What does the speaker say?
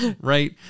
right